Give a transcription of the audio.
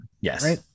Yes